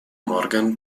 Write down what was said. morgan